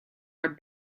are